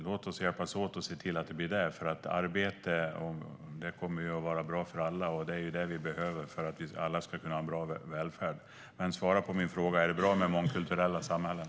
Låt oss hjälpas åt med den, för arbete kommer att vara bra för alla. Och det är det vi behöver för att alla ska kunna ha en bra välfärd. Men svara på min fråga: Är det bra med mångkulturella samhällen?